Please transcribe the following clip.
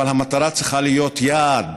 אבל המטרה צריכה להיות יעד